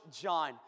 John